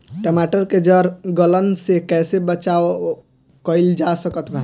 टमाटर के जड़ गलन से कैसे बचाव कइल जा सकत बा?